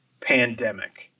pandemic